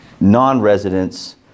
non-residents